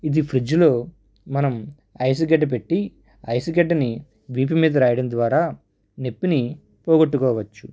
ఇది ఫ్రిడ్జ్లో మనం ఐస్గడ్డ పెట్టి ఐస్ గడ్డని వీపు మీద రాయడం ద్వారా నొప్పిని పోగొట్టుకోవచ్చు